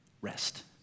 rest